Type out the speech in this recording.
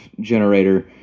generator